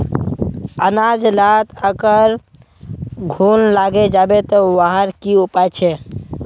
अनाज लात अगर घुन लागे जाबे ते वहार की उपाय छे?